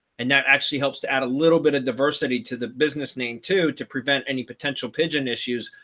and that actually helps to add a little bit of diversity to the business name to to prevent any potential pigeon issues.